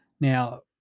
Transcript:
Now